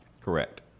Correct